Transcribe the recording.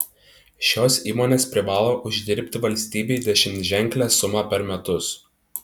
šios įmonės privalo uždirbti valstybei dešimtženklę sumą per metus